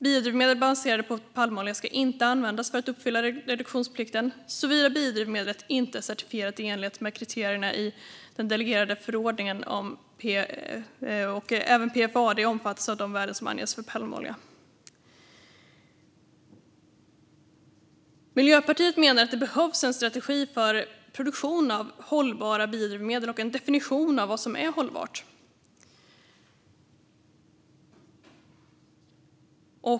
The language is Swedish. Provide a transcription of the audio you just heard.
Biodrivmedel baserade på palmolja ska inte användas för att uppfylla reduktionsplikten, såvida biodrivmedlet inte är certifierat i enlighet med kriterierna i den delegerade förordningen. Även PFAD omfattas av de värden som anges för palmolja. Miljöpartiet menar att det behövs en strategi för produktion av hållbara biodrivmedel och en definition av vad som är hållbart.